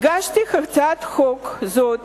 הגשתי הצעת חוק זאת